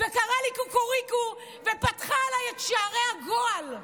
וקראה לי קוקוריקו, ופתחה עליי את שערי הגועל.